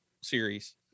series